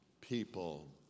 people